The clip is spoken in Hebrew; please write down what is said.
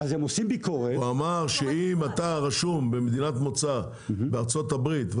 הוא אמר שאם אתה רשום במדינת מוצא בארצות הברית,